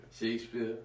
Shakespeare